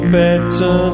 better